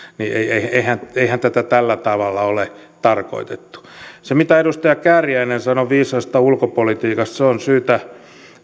eihän eihän tätä tällä tavalla ole tarkoitettu se mitä edustaja kääriäinen sanoi viisaasta ulkopolitiikasta on syytä